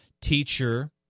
teacher